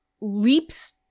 leaps